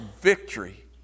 victory